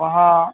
हँ